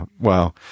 wow